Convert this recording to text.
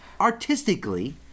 Artistically